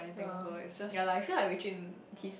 um yea lah I feel like Wei-Jun his